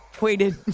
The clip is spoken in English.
waited